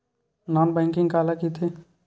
Non banking काला कइथे?